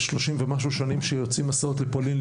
ב-30 ומשהו שנים שיוצאים המסעות לפולין,